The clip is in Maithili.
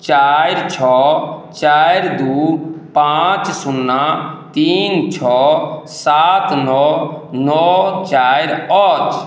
चारि छओ चारि दू पाँच शुन्ना तीन छओ सात नओ नओ चारि अछि